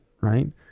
right